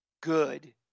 good